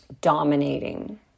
dominating